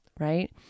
right